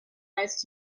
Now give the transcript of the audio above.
eyes